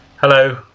Hello